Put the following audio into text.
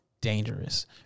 dangerous